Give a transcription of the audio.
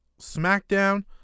Smackdown